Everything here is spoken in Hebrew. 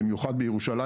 במיוחד בירושלים,